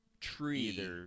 tree